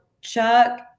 Chuck